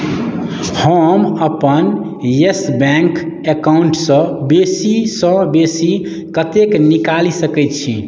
हम अपन Yes Bank अकाउन्टसँ बेसीसँ बेसी कतेक निकालि सकैत छी